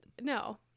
No